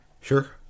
Sure